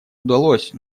удалось